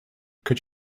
could